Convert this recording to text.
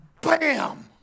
Bam